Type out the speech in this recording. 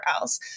else